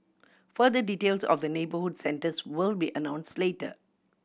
further details of the neighbourhood centres will be announced later